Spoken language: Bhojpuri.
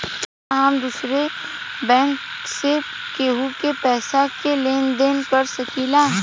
का हम दूसरे बैंक से केहू के पैसा क लेन देन कर सकिला?